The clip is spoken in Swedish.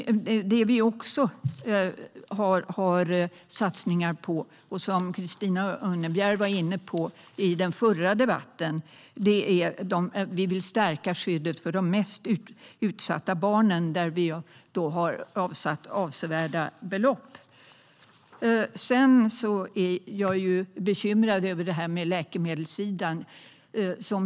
Som Christina Örnebjär var inne på i den förra debatten vill vi också stärka skyddet för de mest utsatta barnen. Här har vi avsatt avsevärda belopp. Jag är bekymrad över det här med läkemedlen.